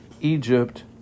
Egypt